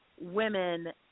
women